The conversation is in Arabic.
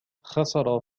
خسر